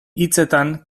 hitzetan